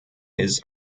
his